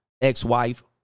ex-wife